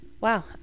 wow